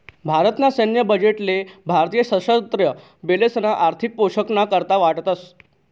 भारत ना सैन्य बजेट ले भारतीय सशस्त्र बलेसना आर्थिक पोषण ना करता वाटतस